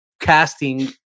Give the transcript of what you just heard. casting